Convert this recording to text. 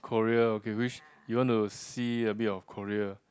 Korea okay which you want to see a bit of Korea